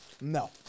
No